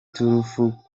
turufu